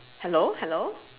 hello hello